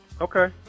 Okay